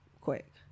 quick